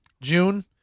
June